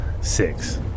Six